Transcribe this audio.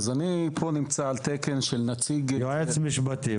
אני פה נמצא על תקן של נציג --- יועץ משפטי.